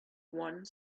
one